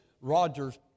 Rogers